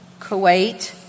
Kuwait